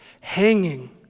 hanging